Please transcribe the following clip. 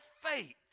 faith